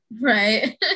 Right